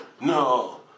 no